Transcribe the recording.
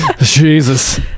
jesus